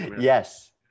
Yes